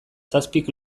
zazpik